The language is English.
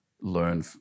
learn